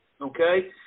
Okay